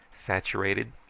saturated